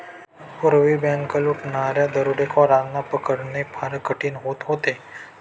पूर्वी बँक लुटणाऱ्या दरोडेखोरांना पकडणे फार कठीण होत होते